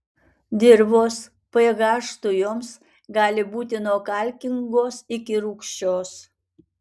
dirvos ph tujoms gali būti nuo kalkingos iki rūgščios